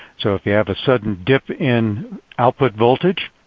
so if you have a sudden dip in output voltage,